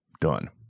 Done